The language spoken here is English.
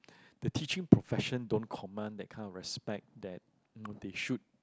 the teaching profession don't command that kind of respect that you know they should